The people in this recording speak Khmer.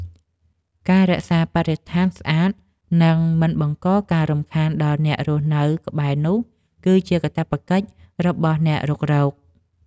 ការរក្សាបរិស្ថានស្អាត និងមិនបង្កការរំខានដល់អ្នករស់នៅក្បែរនោះ គឺជាកាតព្វកិច្ចរបស់អ្នករុករក។